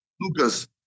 Lucas